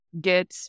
Get